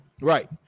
right